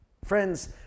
Friends